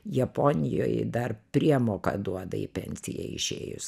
japonijoj dar priemoką duoda į pensiją išėjus